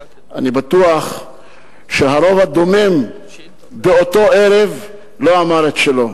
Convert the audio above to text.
אני בטוח שהרוב הדומם באותו ערב לא אמר את שלו.